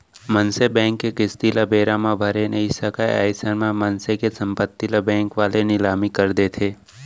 मनसे बेंक के किस्ती ल बेरा म भरे नइ सकय अइसन म मनसे के संपत्ति ल बेंक वाले लिलामी कर देथे